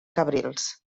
cabrils